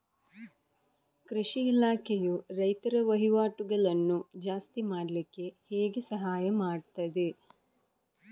ಕೃಷಿ ಇಲಾಖೆಯು ರೈತರ ವಹಿವಾಟುಗಳನ್ನು ಜಾಸ್ತಿ ಮಾಡ್ಲಿಕ್ಕೆ ಹೇಗೆ ಸಹಾಯ ಮಾಡ್ತದೆ?